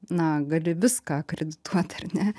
na gali viską akredituot ar ne